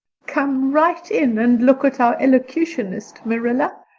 come right in and look at our elocutionist, marilla.